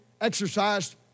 exercised